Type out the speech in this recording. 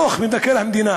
דוח מבקר המדינה